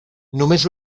només